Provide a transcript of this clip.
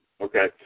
Okay